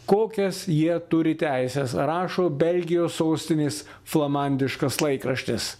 kokias jie turi teises rašo belgijos sostinės flamandiškas laikraštis